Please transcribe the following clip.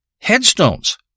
Headstones